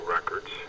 Records